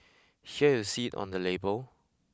here you see on the label